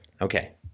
Okay